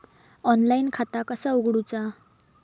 Online खाता कसा उगडूचा?